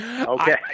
Okay